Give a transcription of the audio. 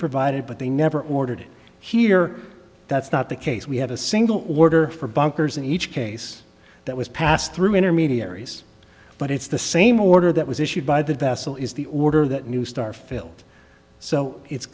provided but they never ordered here that's not the case we have a single order for bunkers in each case that was passed through intermediaries but it's the same order that was issued by the vessel is the order that new star filled so it's